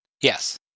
Yes